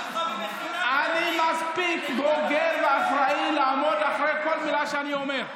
אני מספיק בוגר ואחראי לעמוד מאחורי כל מילה שאני אומר,